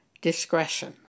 discretion